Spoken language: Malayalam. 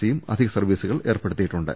സിയും അധിക സർവീസുകൾ ഏർപ്പെടുത്തിയിട്ടുണ്ട്